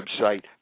website